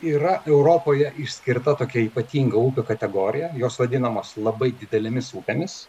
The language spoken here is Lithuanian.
yra europoje išskirta tokia ypatinga upių kategorija jos vadinamos labai didelėmis upėmis